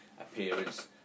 appearance